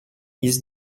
jest